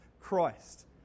Christ